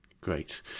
Great